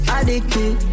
Addicted